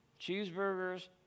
cheeseburgers